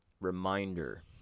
reminder